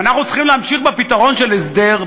ואנחנו צריכים להמשיך בפתרון של הסדר,